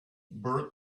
bert